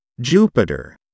Jupiter